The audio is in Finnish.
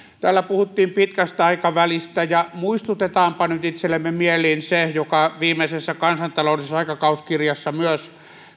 täällä puhuttiin pitkästä aikavälistä muistutetaanpa nyt itsellemme mieliin se joka viimeisessä kansantaloudellisessa aikakauskirjassa myös